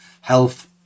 health